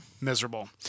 Miserable